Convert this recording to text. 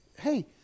Hey